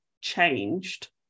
changed